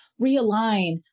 realign